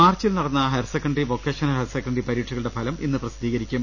മാർച്ചിൽ നടന്ന higher secondary vocational higher secondary പരീക്ഷകളുടെ ഫലം ഇന്ന് പ്രസിദ്ധീകരിക്കും